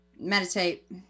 Meditate